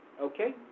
Okay